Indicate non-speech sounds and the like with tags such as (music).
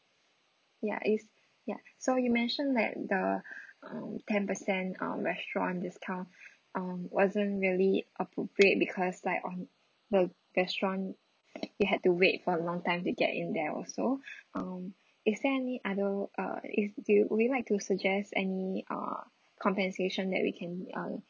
ya it's ya so you mentioned that the um ten percent uh restaurant discount um wasn't really appropriate because like on the restaurant (breath) you had to wait for a long time to get in there also um is there any other uh is you would you like to suggest any uh compensation that we can uh